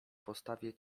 postawię